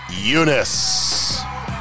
Eunice